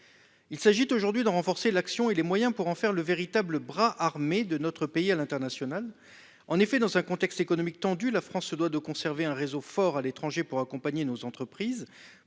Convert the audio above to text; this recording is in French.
Il s'agit aujourd'hui de renforcer son action et ses moyens, pour en faire le véritable bras armé de notre pays à l'international. Dans un contexte économique tendu, la France se doit de conserver un réseau fort à l'étranger pour accompagner nos entreprises,